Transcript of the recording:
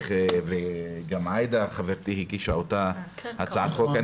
גם עאידה חברתי הגישה אותה הצעת חוק.